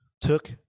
took